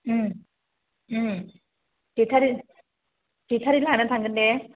बेटारि बेटारि लाना थांगोन दे